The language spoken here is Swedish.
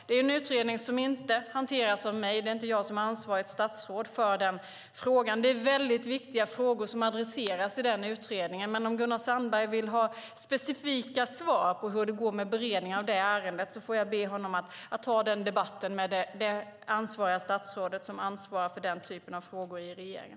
Det är en utredning som inte hanteras av mig; det är inte jag som är ansvarigt statsråd för den frågan. Det är väldigt viktiga frågor som adresseras i den utredningen, men om Gunnar Sandberg vill ha specifika svar på hur det går med beredningen av ärendet får jag be honom att ta debatten med det statsråd som ansvarar för den typen av frågor i regeringen.